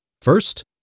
First